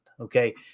okay